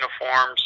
uniforms